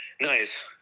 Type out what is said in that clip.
Nice